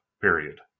period